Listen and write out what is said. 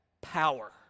power